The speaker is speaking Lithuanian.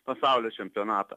pasaulio čempionatą